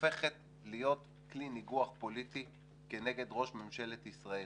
הופכת להיות כלי ניגוח פוליטי כנגד ראש ממשלת ישראל.